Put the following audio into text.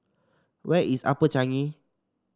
where is Upper Changi